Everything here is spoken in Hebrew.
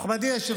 בגלל זה אני לא